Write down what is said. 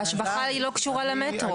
ההשבחה היא לא קשורה למטרו.